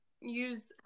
use